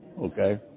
Okay